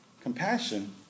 Compassion